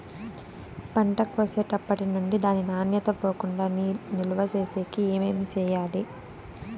పంట కోసేటప్పటినుండి దాని నాణ్యత పోకుండా నిలువ సేసేకి ఏమేమి చేయాలి?